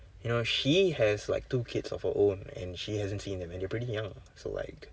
you know she has like two kids of her own and she hasn't seen them and they're pretty young so like